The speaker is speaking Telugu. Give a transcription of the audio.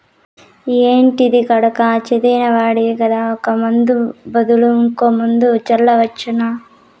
ఏంటిది కొడకా చదివిన వాడివి కదా ఒక ముందు బదులు ఇంకో మందు జల్లవచ్చునా